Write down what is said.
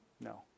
No